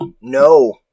no